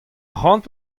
cʼhoant